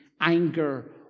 anger